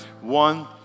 One